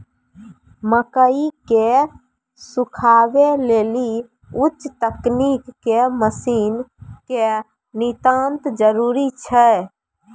मकई के सुखावे लेली उच्च तकनीक के मसीन के नितांत जरूरी छैय?